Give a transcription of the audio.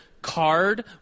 Card